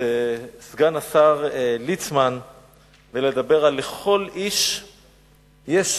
סגן השר ליצמן ולדבר על לכל איש יש שם.